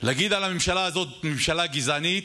להגיד על הממשלה הזאת ממשלה גזענית?